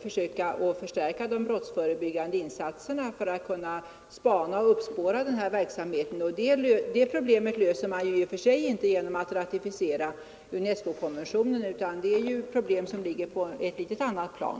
försöka förstärka de brottsförebyggande insatserna, så att vi kan uppspåra verksamhet av det här slaget. Det problemet löser man i och för sig inte genom att ratificera UNESCO-konventionen, utan det är ett problem som ligger på ett något annat plan.